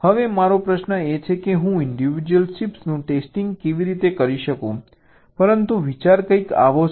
હવે મારો પ્રશ્ન એ છે કે હું ઇન્ડિવિડ્યુઅલ ચિપ્સનું ટેસ્ટિંગ કેવી રીતે કરી શકું પરંતુ વિચાર કંઈક આવો છે